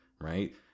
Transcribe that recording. right